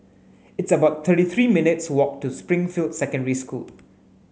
it's about thirty three minutes' walk to Springfield Secondary School